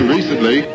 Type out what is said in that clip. Recently